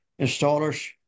installers